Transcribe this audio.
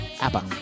Abba